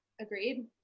Agreed